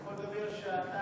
אתה יכול לדבר שעתיים,